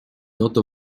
oto